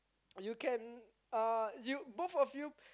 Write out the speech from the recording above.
you can uh you both of you